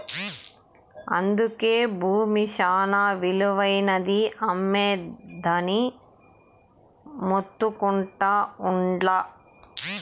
అందుకే బూమి శానా ఇలువైనది, అమ్మొద్దని మొత్తుకుంటా ఉండ్లా